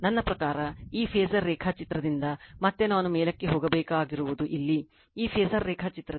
ನನ್ನ ಪ್ರಕಾರ ಈ ಫಾಸರ್ ರೇಖಾಚಿತ್ರದಿಂದ ಮತ್ತೆ ನಾನು ಮೇಲಕ್ಕೆ ಹೋಗಬೇಕಾಗಿರುವುದು ಇಲ್ಲಿ ಈ ಫಾಸರ್ ರೇಖಾಚಿತ್ರದಿಂದ